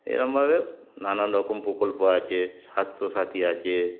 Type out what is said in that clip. এরমভাবে নানান রকম প্রকল্প আছে স্বাস্থ্যসাথী আছে